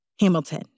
Hamilton